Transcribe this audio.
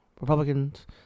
Republicans